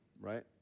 right